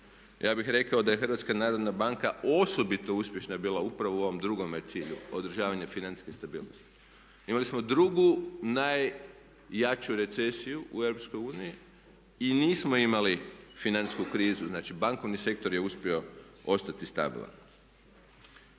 Ja bih rekao da je HNB osobito uspješna bila upravo u ovom drugome cilju, održavanje financijske stabilnosti. Imali smo drugu najjaču recesiju u EU i nismo imali financijsku krizu, znači bankovni sektor je uspio ostati stabilan.